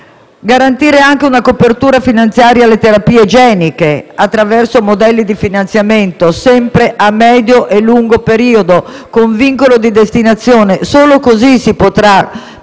garantire una copertura finanziaria alle terapie geniche attraverso modelli di finanziamento, sempre a medio e lungo periodo, con vincolo di destinazione. Solo così si potrà